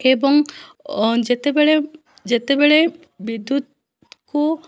ଏବଂ ଯେତେବେଳେ ଯେତେବେଳେ ବିଦ୍ୟୁତ କୁ